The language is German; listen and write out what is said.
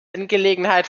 angelegenheit